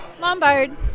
Lombard